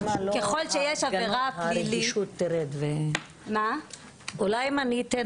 ככל שיש עבירה פלילית --- אולי אם אני אתן